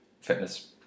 fitness